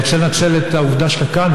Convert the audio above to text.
אני רוצה לנצל את העובדה שאתה כאן,